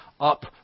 up